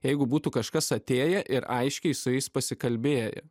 jeigu būtų kažkas atėję ir aiškiai su jais pasikalbėję